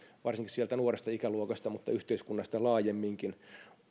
varsinkin sieltä nuoresta ikäluokasta mutta yhteiskunnasta laajemminkin